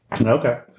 Okay